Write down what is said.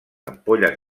ampolles